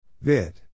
Vid